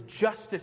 justice